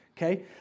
Okay